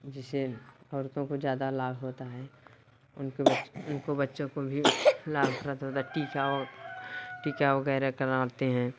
जिससे औरतों को ज़्यादा लाभ होता है उनको उनको बच्चों को भी लाभप्रद होता है टीका वगैरह करवाते हैं